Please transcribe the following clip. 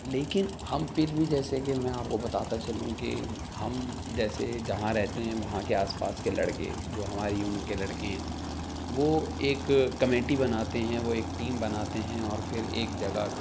لیکن ہم پھر بھی جیسے کہ میں آپ کو بتاتا چلوں کہ ہم جیسے جہاں رہتے ہیں وہاں کے آس پاس کے لڑکے جو ہماری عمر کے لڑکے ہیں وہ ایک کمیٹی بناتے ہیں وہ ایک ٹیم بناتے ہیں اور پھر ایک جگہ